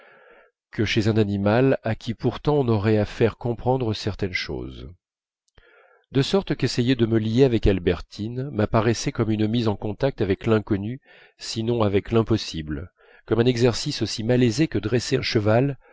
que chez un animal à qui pourtant on aurait à faire comprendre certaines choses de sorte qu'essayer de me lier avec albertine m'apparaissait comme une mise en contact avec l'inconnu sinon avec l'impossible comme un exercice aussi malaisé que dresser un cheval